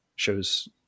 shows